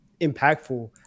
impactful